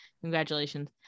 Congratulations